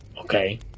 Okay